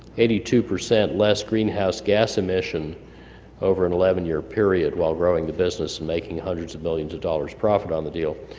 eighty two percent less greenhouse gas emission over an eleven year period while growing the business, and making hundreds of millions of dollars profit on the deal,